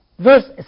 Verse